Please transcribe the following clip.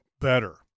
Better